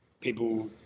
People